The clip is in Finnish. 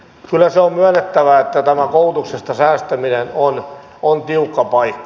kyllä se on myönnettävä että tämä koulutuksesta säästäminen on tiukka paikka